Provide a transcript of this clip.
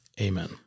Amen